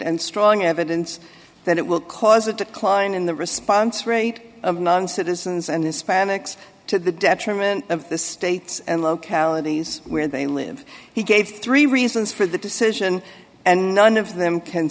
and strong evidence that it will cause a decline in the response rate of non citizens and hispanics to the detriment of the states and localities where they live he gave three reasons for the decision and none of them can